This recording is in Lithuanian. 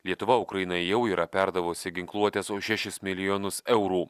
lietuva ukrainai jau yra perdavusi ginkluotės už šešis milijonus eurų